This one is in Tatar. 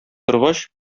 торгач